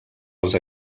els